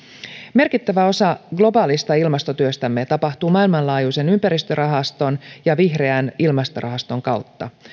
merkittävä osa globaalista ilmastotyöstämme tapahtuu maailmanlaajuisen ympäristörahaston ja vihreän ilmastorahaston kautta